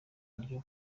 buryo